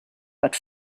but